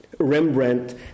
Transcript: Rembrandt